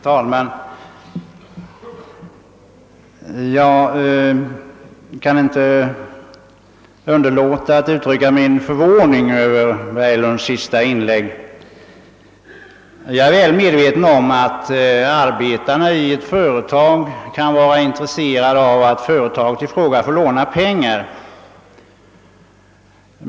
Herr talman! Jag kan inte underlåta att uttrycka min förvåning över herr Berglunds senaste inlägg. Jag är väl medveten om att arbetarna i ett företag kan vara intresserade av att förtaget i fråga får låna pengar.